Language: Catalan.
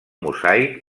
mosaic